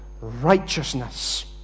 righteousness